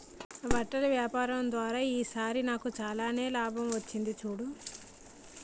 బట్టల వ్యాపారం ద్వారా ఈ సారి నాకు చాలానే లాభం వచ్చింది చూడు